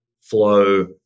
flow